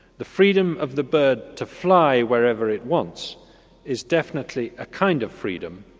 the freedom of the bird to fly wherever it wants is definitely a kind of freedom,